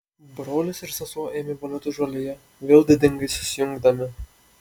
brolis ir sesuo ėmė voliotis žolėje vėl didingai susijungdami